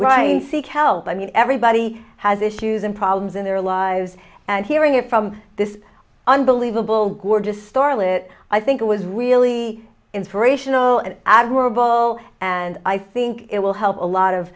right seek help i mean everybody has issues and problems in their lives and hearing it from this unbelievable gorgeous starlet i think it was really inspirational and admirable and i think it will help a lot of